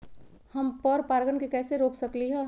हम पर परागण के कैसे रोक सकली ह?